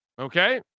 Okay